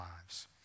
lives